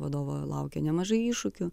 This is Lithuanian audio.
vadovo laukia nemažai iššūkių